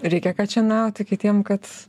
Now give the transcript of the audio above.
reikia kad šienautų kitiem kad